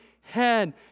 head